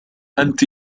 أنت